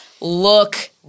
look